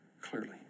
clearly